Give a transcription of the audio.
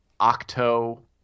Octo